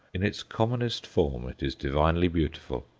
in its commonest form it is divinely beautiful.